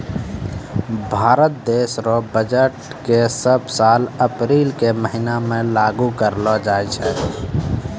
भारत देश रो बजट के सब साल अप्रील के महीना मे लागू करलो जाय छै